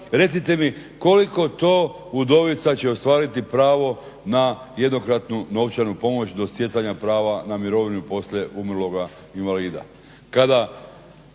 recite mi koliko to udovica će ostvariti pravo na jednokratnu novčanu pomoć do stjecanja prava na mirovinu poslije umrloga invalida? Kada